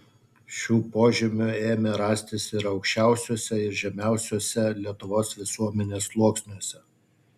šių požymių ėmė rastis ir aukščiausiuose ir žemiausiuose lietuvos visuomenės sluoksniuose